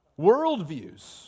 Worldviews